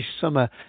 Summer